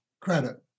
credit